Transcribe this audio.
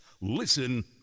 Listen